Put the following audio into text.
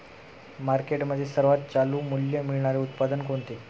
मार्केटमध्ये सर्वात चालू मूल्य मिळणारे उत्पादन कोणते?